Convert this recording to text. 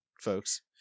folks